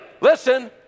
listen